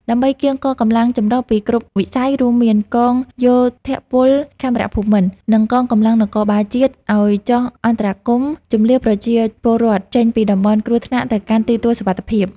ដើម្បីកៀងគរកម្លាំងចម្រុះពីគ្រប់វិស័យ រួមមានកងយោធពលខេមរភូមិន្ទ និងកងកម្លាំងនគរបាលជាតិ ឱ្យចុះអន្តរាគមន៍ជម្លៀសប្រជាពលរដ្ឋចេញពីតំបន់គ្រោះថ្នាក់ទៅកាន់ទីទួលសុវត្ថិភាព។